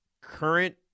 current